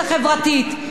את בליכוד?